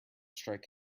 strike